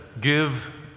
give